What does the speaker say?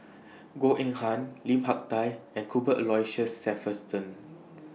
Goh Eng Han Lim Hak Tai and Cuthbert Aloysius Shepherdson